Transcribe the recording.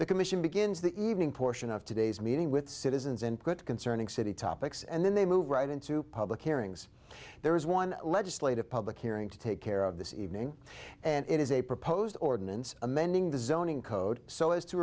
the commission begins the evening portion of today's meeting with citizens input concerning city topics and then they move right into public hearings there is one legislative public hearing to take care of this evening and it is a proposed ordinance amending the zoning code so as to